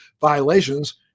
violations